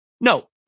No